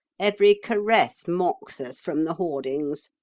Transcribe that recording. every caress mocks us from the hoardings.